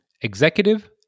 Executive